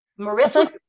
Marissa